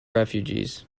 refugees